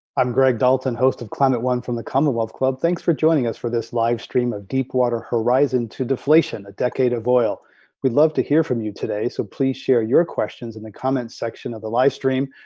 i'm greg dalton host of climate one from the commonwealth club thanks for joining us for this live stream of deep water horizon to deflation a decade of oil we'd love to hear from you today so, please share your questions in the comments section of the live stream,